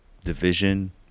division